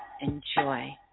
enjoy